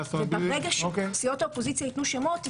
וברגע שסיעות האופוזיציה ייתנו שמות,